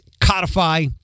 codify